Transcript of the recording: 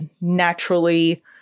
naturally